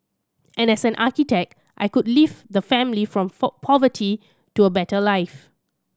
and as an architect I could lift the family from poverty to a better life